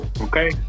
okay